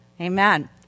Amen